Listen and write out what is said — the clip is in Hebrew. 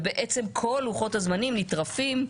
ובעצם כל לוחות הזמנים נטרפים,